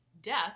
death